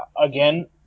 again